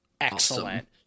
excellent